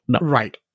Right